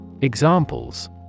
Examples